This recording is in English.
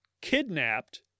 kidnapped